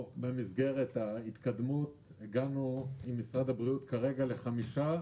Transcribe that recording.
במסגרת ההתקדמות הגענו עם משרד הבריאות כרגע לחמישה,